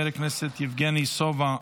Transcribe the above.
חבר הכנסת יבגני סובה,